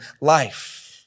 life